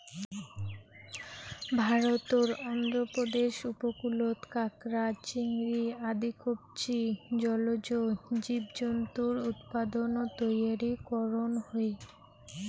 ভারতর অন্ধ্রপ্রদেশ উপকূলত কাকড়া, চিংড়ি আদি কবচী জলজ জীবজন্তুর উৎপাদন ও তৈয়ারী করন হই